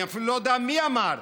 אני אפילו לא יודע מי אמר: